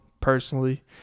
personally